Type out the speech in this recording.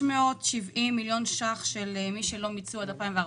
670 מיליון שקלים של מי שלא מיצו עד 2014,